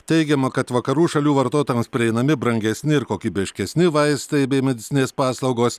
teigiama kad vakarų šalių vartotojams prieinami brangesni ir kokybiškesni vaistai bei medicininės paslaugos